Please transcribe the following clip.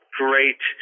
great